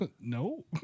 no